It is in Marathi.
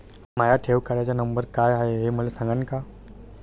माया ठेव खात्याचा नंबर काय हाय हे मले सांगान का?